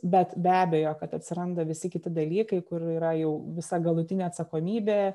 bet be abejo kad atsiranda visi kiti dalykai kur yra jau visa galutinė atsakomybė